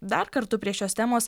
dar kartu prie šios temos